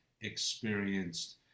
experienced